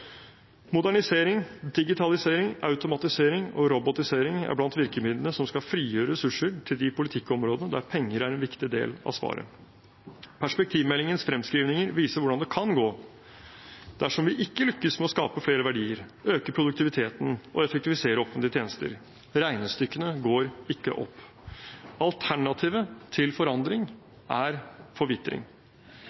Modernisering, digitalisering, automatisering og robotisering er blant virkemidlene som skal frigjøre ressurser til de politikkområdene der penger er en viktig del av svaret. Perspektivmeldingens fremskrivninger viser hvordan det kan gå dersom vi ikke lykkes med å skape flere verdier, øke produktiviteten og effektivisere offentlige tjenester. Regnestykkene går ikke opp. Alternativet til forandring